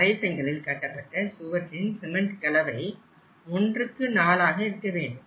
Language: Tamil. அரை செங்கலில் கட்டப்பட்ட சுவற்றின் சிமெண்ட் கலவை 14 ஆக இருக்க வேண்டும்